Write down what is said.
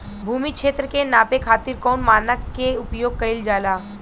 भूमि क्षेत्र के नापे खातिर कौन मानक के उपयोग कइल जाला?